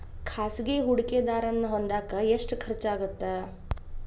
ಖಾಸಗಿ ಹೂಡಕೆದಾರನ್ನ ಹೊಂದಾಕ ಎಷ್ಟ ಖರ್ಚಾಗತ್ತ